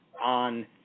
on